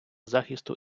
захисту